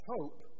hope